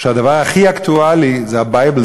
שהדבר הכי אקטואלי זה ה-Bible,